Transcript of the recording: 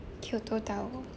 kyoto tower